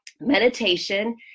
Meditation